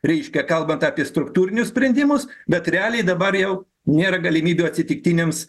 reiškia kalbant apie struktūrinius sprendimus bet realiai dabar jau nėra galimybių atsitiktiniams